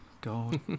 god